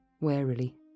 warily